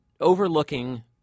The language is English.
overlooking